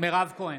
מירב כהן,